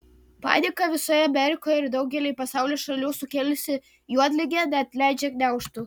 paniką visoje amerikoje ir daugelyje pasaulio šalių sukėlusi juodligė neatleidžia gniaužtų